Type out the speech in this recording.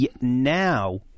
Now